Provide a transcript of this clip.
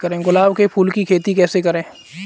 गुलाब के फूल की खेती कैसे करें?